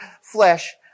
flesh